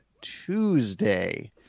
Tuesday